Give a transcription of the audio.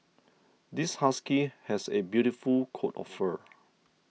this husky has a beautiful coat of fur